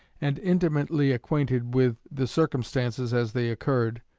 and intimately acquainted with the circumstances as they occurred,